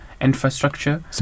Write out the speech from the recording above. infrastructure